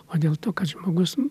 o dėl to kad žmogus